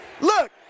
look